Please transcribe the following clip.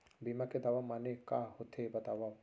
बीमा के दावा माने का होथे बतावव?